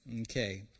Okay